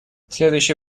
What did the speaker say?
следующий